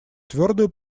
твердую